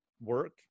work